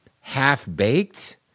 Half-baked